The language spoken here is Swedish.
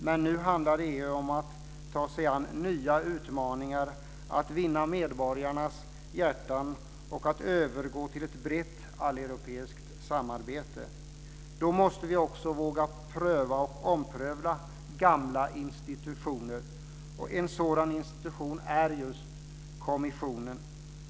Men nu handlar EU om att ta sig an nya utmaningar, om att vinna medborgarnas hjärtan och om att övergå till ett brett alleuropeiskt samarbete. Då måste vi också våga pröva och ompröva gamla institutioner. En sådan institution är just kommissionen.